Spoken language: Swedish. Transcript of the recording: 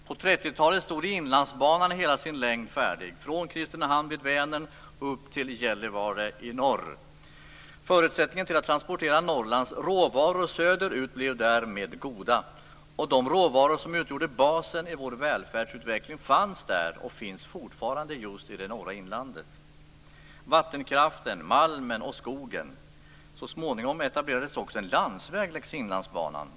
På 30-talet står Inlandsbanan färdig i hela sin längd från Kristinehamn vid Vänern upp till Gällivare i norr. Förutsättningen att transportera Norrlands råvaror söderut blev därmed goda. De råvaror som utgjorde basen i vår välfärdsutveckling fanns där, och finns fortfarande just i det norra inlandet. Det handlar om vattenkraften, malmen och skogen. Så småningom etablerades också en landsväg längs Inlandsbanan.